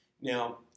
Now